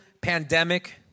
pandemic